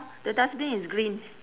the dustbin is green